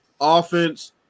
offense